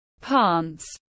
Pants